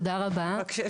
בבקשה.